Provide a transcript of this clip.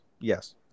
Yes